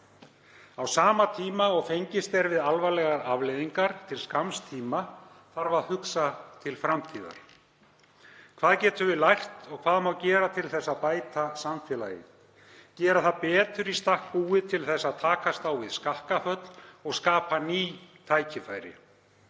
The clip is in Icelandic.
Á sama tíma og fengist er við alvarlegar afleiðingar til skamms tíma þarf að hugsa til framtíðar. Hvað getum við lært og hvað má gera til þess að bæta samfélagið? Gera það betur í stakk búið til þess að takast á við skakkaföll og skapa ný tækifæri?